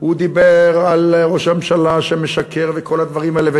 הוא דיבר על ראש הממשלה שמשקר וכל הדברים האלה,